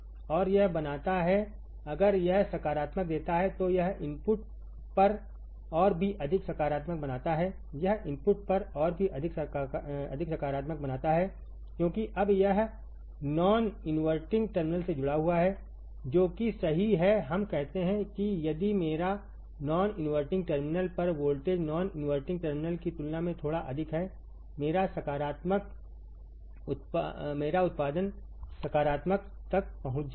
और यह बनाता है अगर यह सकारात्मक देता है तो यह इनपुट पर और भी अधिक सकारात्मक बनाता है यह इनपुट पर और भी अधिक सकारात्मक बनाता है क्योंकि अब यह नॉन इनवर्टिंग टर्मिनल से जुड़ा हुआ है जो कि सही है हम कहते हैं कि यदि मेरा नॉन इनवर्टिंग टर्मिनल पर वोल्टेज नॉन इनवर्टिंग टर्मिनल की तुलना में थोड़ा अधिक है मेरा उत्पादन सकारात्मक तक पहुंच जाएगा